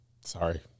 sorry